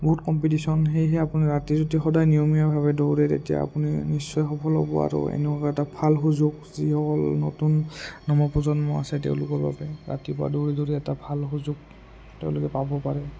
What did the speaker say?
বহুত কম্পিটিশ্যন সেয়েহে আপুনি ৰাতি যদি সদায় নিয়মীয়াভাৱে দৌৰে তেতিয়া আপুনি নিশ্চয় সফল হ'ব আৰু এনেকুৱা এটা ভাল সুযোগ যিসকল নতুন নৱপ্ৰজন্ম আছে তেওঁলোকৰ বাবে ৰাতিপুৱা দৌৰি দৌৰি এটা ভাল সুযোগ তেওঁলোকে পাব পাৰে